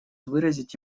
выразить